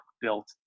built